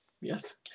Yes